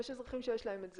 יש אזרחים שיש להם את זה,